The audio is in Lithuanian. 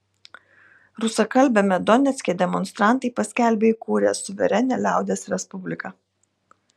rusakalbiame donecke demonstrantai paskelbė įkūrę suverenią liaudies respubliką